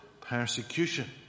persecution